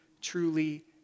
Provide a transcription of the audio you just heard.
truly